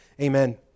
Amen